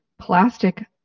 plastic